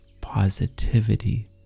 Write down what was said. positivity